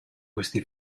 questi